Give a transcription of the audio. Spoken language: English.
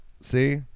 see